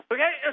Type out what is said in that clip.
Okay